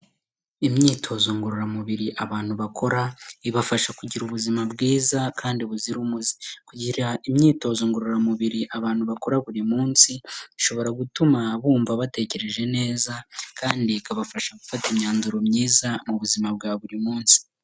Imyitozo ngororamubiri abantu bakora, ibafasha kugira ubuzima bwiza kandi buzira umuze kugira imyitozo ngororamubiri abantu bakora buri munsi, ishobora gutuma bumva batekereje neza kandi ikabafasha gufata imyanzuro myiza mu buzima bwa buri munsi.